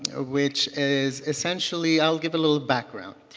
ah which is essentially i'll give a little background.